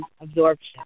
absorption